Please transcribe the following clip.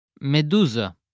Medusa